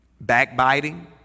backbiting